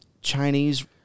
Chinese